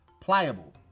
pliable